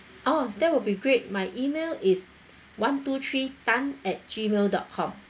orh that will be great my email is one two three tan at Gmail dot com